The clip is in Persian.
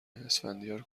اسفندیار